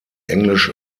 englisch